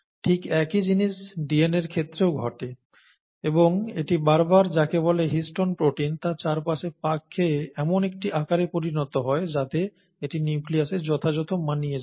ঠিক একই জিনিস DNA র ক্ষেত্রেও ঘটে এবং এটি বারংবার যাকে বলে হিস্টোন প্রোটিন তার চারদিকে পাক খেয়ে এমন একটি আকারে পরিণত হয় যাতে এটি নিউক্লিয়াসে যথাযথ মানিয়ে যায়